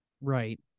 Right